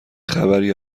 خبری